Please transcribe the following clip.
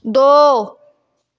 ਦੋ